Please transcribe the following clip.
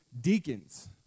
deacons